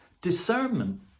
Discernment